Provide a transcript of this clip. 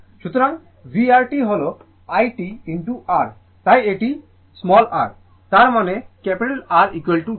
সুতরাং VR t হল i t R তাই এটি r তার মানে R 10 Ω